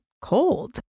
cold